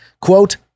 Quote